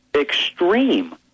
extreme